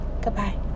Goodbye